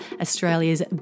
Australia's